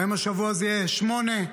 האם השבוע יהיו שמונה?